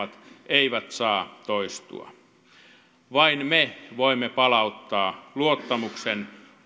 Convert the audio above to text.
eivät saa toistua vain me voimme palauttaa luottamuksen omilla toimillamme